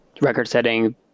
record-setting